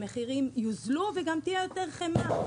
המחירים יוזלו וגם תהיה יותר חמאה.